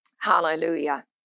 Hallelujah